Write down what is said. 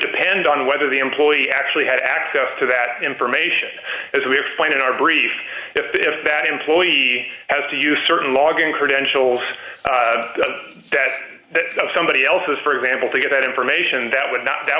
depend on whether the employee actually had access to that information as we explained in our brief if if that employee has to use certain logon credentials that somebody else has for example to get that information that would